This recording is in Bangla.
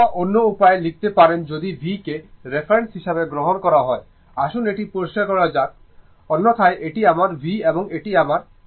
অথবা অন্য উপায়ে লিখতে পারেন যদি v কে রেফারেন্স হিসাবে গ্রহণ করা হয় আসুন এটি পরিষ্কার করা যাক অন্যথায় এটি আমার v এবং এটি আমার